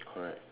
correct